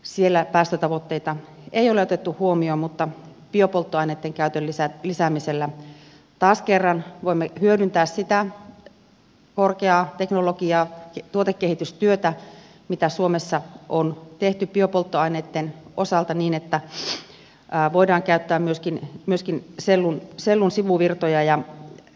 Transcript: siellä päästötavoitteita ei ole otettu huomioon mutta biopolttoaineitten käytön lisäämisellä taas kerran voimme hyödyntää sitä korkeaa teknologiaa tuotekehitystyötä mitä suomessa on tehty biopolttoaineitten osalta niin että voidaan käyttää myöskin sellun sivuvirtoja